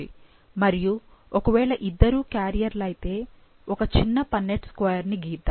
మరియు ఒకవేళ ఇద్దరూ క్యారియర్లు అయితే ఒక చిన్న పన్నెట్ స్క్వేర్ని గీద్దాము